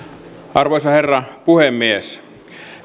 arvoisa herra puhemies